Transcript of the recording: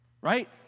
Right